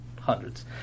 hundreds